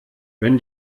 wenn